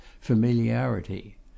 familiarity